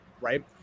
right